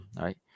right